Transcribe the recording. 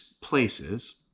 places